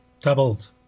doubled